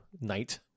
night